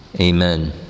Amen